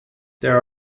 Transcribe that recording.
there